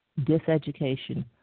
diseducation